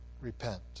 repent